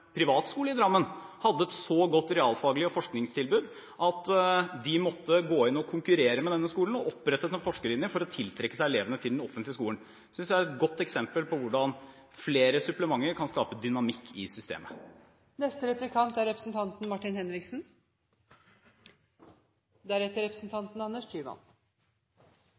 privatskole i Drammen hadde et så godt realfag- og forskningstilbud at de måtte gå inn og konkurrere med denne skolen, og de opprettet en forskerlinje for å trekke elevene til den offentlige skolen. Det synes jeg er et godt eksempel på hvordan flere supplementer kan skape dynamikk i systemet. Først hørte vi representanten